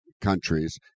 countries